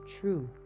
true